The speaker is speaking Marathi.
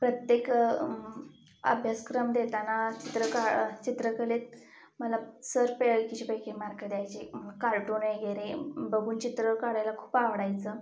प्रत्येक अभ्यासक्रम देताना चित्रं का चित्रकलेत मला सर पैकीच्या पैकी मार्क द्यायचे कार्टून वगैरे बघून चित्रं काढायला खूप आवडायचं